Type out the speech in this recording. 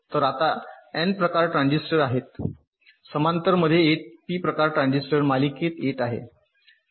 तर आता एन प्रकार ट्रान्झिस्टर आहेत समांतर मध्ये येत पी प्रकार ट्रान्झिस्टर मालिकेत येत आहेत